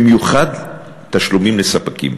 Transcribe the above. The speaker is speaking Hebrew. במיוחד תשלומים לספקים,